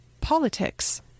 Politics